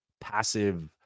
passive